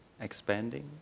expanding